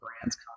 brands